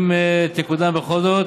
אם היא תקודם בכל זאת,